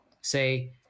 say